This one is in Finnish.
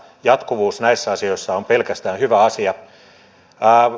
jatkuvuus näissä asioissa on pelkästään hyvä asia